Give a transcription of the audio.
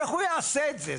איך הוא יעשה את זה?